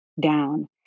down